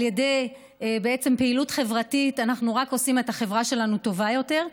על ידי פעילות חברתית אנחנו רק עושים את החברה שלנו טובה יותר,